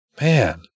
Man